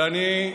עריקות.